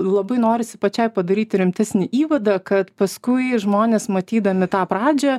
labai norisi pačiai padaryt rimtesnį įvadą kad paskui žmonės matydami tą pradžią